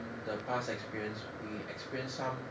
the past experience we experience some